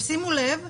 שימו לב,